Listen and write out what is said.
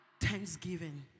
Thanksgiving